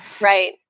Right